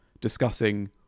discussing